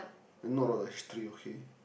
I not all that History okay